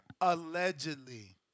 Allegedly